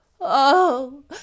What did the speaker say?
Oh